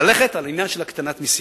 ללכת על העניין של הקטנת מסים.